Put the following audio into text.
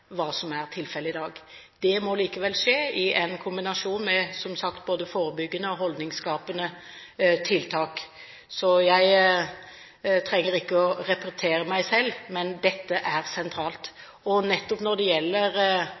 dag. Dette må likevel skje i en kombinasjon med, som sagt, forebyggende og holdningsskapende tiltak. Jeg trenger ikke å repetere meg selv, men dette er sentralt. Nettopp når det gjelder